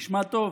נשמע טוב,